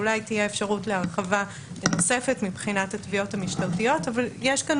אולי תהיה אפשרות להרחבה נוספת מבחינת התביעות המשטרתיות אבל יש כאן